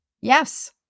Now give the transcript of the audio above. Yes